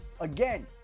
Again